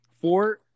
Four